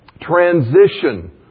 transition